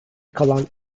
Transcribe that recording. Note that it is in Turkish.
kalan